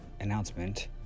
announcement